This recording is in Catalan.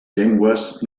llengües